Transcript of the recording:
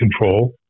control